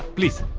please.